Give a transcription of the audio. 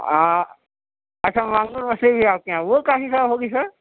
ہاں اچھا مانگور مچھلی بھی آپ کے یہاں وہ کیا حساب ہوگی سر